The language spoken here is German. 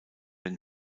den